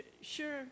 sure